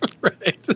Right